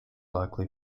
likely